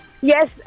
Yes